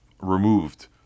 removed